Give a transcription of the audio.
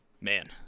Man